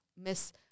miss